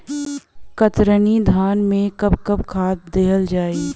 कतरनी धान में कब कब खाद दहल जाई?